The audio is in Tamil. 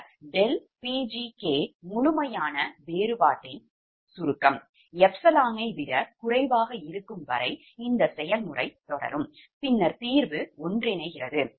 இந்த ∆Pgk முழுமையான வேறுபாட்டின் சுருக்கம் € விடக் குறைவாக இருக்கும் வரை இந்த செயல்முறை தொடரும் பின்னர் தீர்வு ஒன்றிணைகிறது